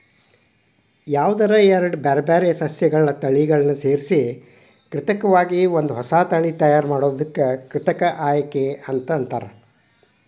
ಯಾವದರ ಎರಡ್ ಬ್ಯಾರ್ಬ್ಯಾರೇ ಸಸ್ಯಗಳ ತಳಿಗಳನ್ನ ಸೇರ್ಸಿ ಕೃತಕವಾಗಿ ಒಂದ ಹೊಸಾ ತಳಿ ತಯಾರ್ ಮಾಡೋದಕ್ಕ ಕೃತಕ ಆಯ್ಕೆ ಅಂತಾರ